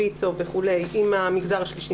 ויצ"ו וכו' עם המגזר השלישי,